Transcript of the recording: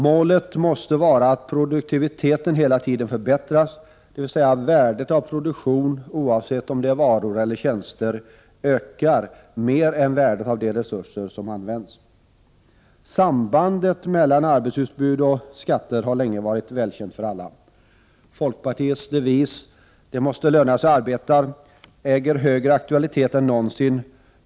Målet måste vara att produktiviteten hela tiden förbättras, dvs. att värdet av produktionen, oavsett om det är varor eller tjänster, ökar mer än värdet av de resurser som används. Sambandet mellan arbetsutbud och skatter har länge varit välkänt för alla. Folkpartiets devis ”Det måste löna sig att arbeta” äger högre aktualitet än någonsin.